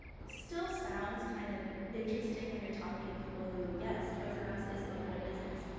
it still sounds kind of interesting when you're talking to people who, yes, toys r us is going out of business.